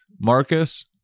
Marcus